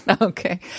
Okay